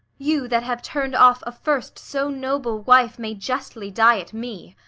you that have turn'd off a first so noble wife may justly diet me.